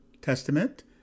Testament